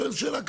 תביאו את הכסף.